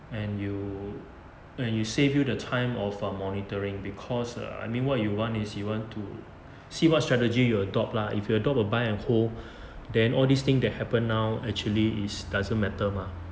and you and you save you the time of err monitoring because I mean what you want is you want to see what strategy you adopt lah if you adopt a buy and hold then all these thing that happened now actually is doesn't matter mah